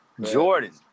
Jordan